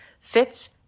FITS